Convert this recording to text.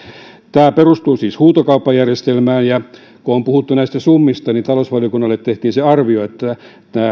tämä perustuu siis huutokauppajärjestelmään ja kun on puhuttu näistä summista niin talousvaliokunnalle tehtiin se arvio että nämä